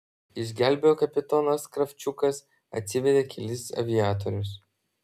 išgelbėjo kapitonas kravčiukas atsivedė kelis aviatorius